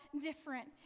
different